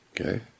Okay